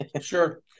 Sure